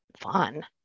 fun